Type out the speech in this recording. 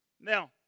Now